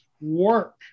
work